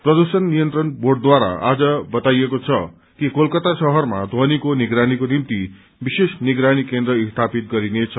प्रदूषण नियन्त्रण बोर्डद्वारा बाज बताइएको छ कि कलकता शहरमा ध्वनिको निगरानीको निभ्ति विश्वेष निगरानी केन्द्र स्थापित गरिनेछ